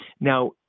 Now